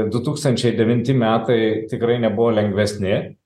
du tūkstančiai devinti metai tikrai nebuvo lengvesni